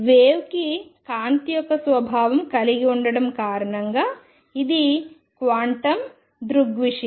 wave కి కాంతి యొక్క స్వభావం కలిగి ఉండడం కారణంగా ఇది క్వాంటం దృగ్విషయం